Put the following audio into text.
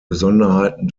besonderheiten